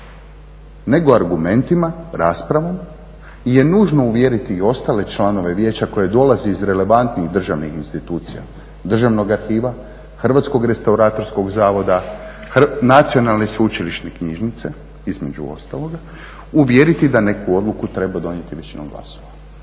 nego argumentima, raspravama je nužno uvjeriti i ostale članove vijeća koje dolazi iz relevantnih državnih institucija, Državnog arhiva, Hrvatskog restauratorskog zavoda, Nacionalne sveučilišne knjižnice između ostaloga uvjeriti da neku odluku treba donijeti većinom glasova.